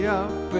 up